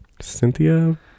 Cynthia